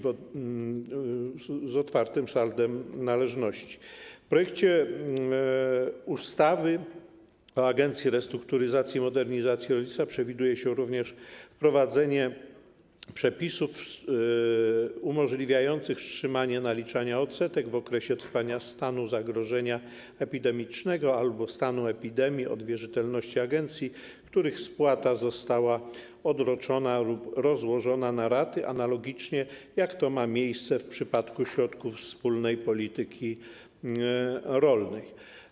W projekcie ustawy o Agencji Restrukturyzacji i Modernizacji Rolnictwa przewiduje się również wprowadzenie przepisów umożliwiających wstrzymanie naliczania odsetek w okresie trwania stanu zagrożenia epidemicznego albo stanu epidemii od wierzytelności agencji, których spłata została odroczona lub rozłożona na raty, analogicznie do tego, jak to ma miejsce w przypadku środków ze wspólnej polityki rolnej.